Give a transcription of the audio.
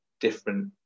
different